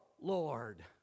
Lord